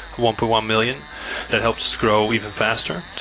one point one million that helped us grow even faster.